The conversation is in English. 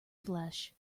flesh